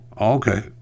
okay